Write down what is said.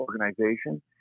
organization